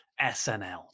SNL